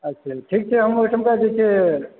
अच्छा ठीक छै ओहिठामका जे छै